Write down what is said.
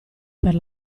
per